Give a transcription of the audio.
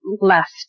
left